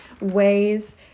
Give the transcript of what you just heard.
ways